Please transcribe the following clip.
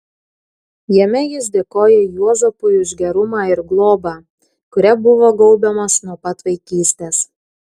jame jis dėkoja juozapui už gerumą ir globą kuria buvo gaubiamas nuo pat vaikystės